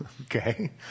Okay